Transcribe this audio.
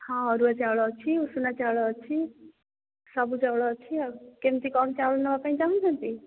ହଁ ଅରୁଆ ଚାଉଳ ଅଛି ଉଷୁନା ଚାଉଳ ଅଛି ସବୁ ଚାଉଳ ଅଛି ଆଉ କେମିତି କ'ଣ ଚାଉଳ ନେବାପାଇଁ ଚାହୁଁଛନ୍ତି